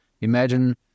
Imagine